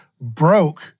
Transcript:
broke